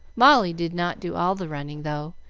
molly did not do all the running, though,